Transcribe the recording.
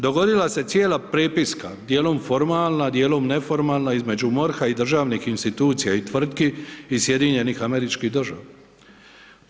Dogodila se cijela prepiska, djelom formalna, djelom neformalna između MORH-a i državnih institucija i tvrtki iz SAD-a.